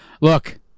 Look